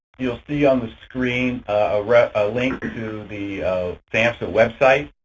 you'll see on the screen a link to the samhsa website.